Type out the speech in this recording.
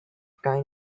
kind